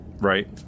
right